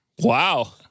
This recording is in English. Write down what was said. Wow